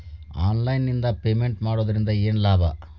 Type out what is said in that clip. Online ನಿಂದ payment ಮಾಡುವುದರಿಂದ ಏನು ಲಾಭ?